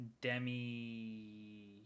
Demi